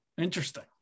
Interesting